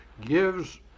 gives